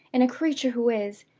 in a creature who is,